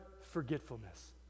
forgetfulness